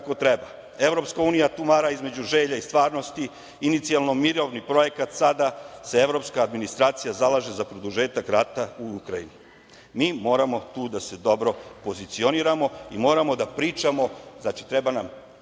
kako treba. Evropska unija tumara između želja i stvarnosti. Inicijalno mirovni projekat, sada se evropska administracija zalaže za produžetak rata u Ukrajini. Mi moramo tu da se dobro pozicioniramo i moramo da pričamo, znači, treba nam